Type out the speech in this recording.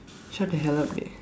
shut the hell up leh